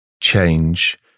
change